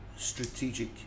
Strategic